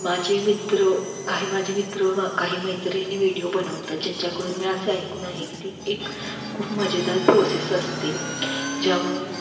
माझे मित्र काही माझे मित्र मा काही मैत्रिणी व्हिडिओ बनवतात ज्यांच्याकडून मी असे ऐकून आहे की ती एक खूप मजेदार प्रोसेस असते ज्यामुळे